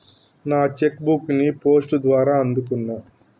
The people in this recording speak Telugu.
నా చెక్ బుక్ ని పోస్ట్ ద్వారా అందుకున్నా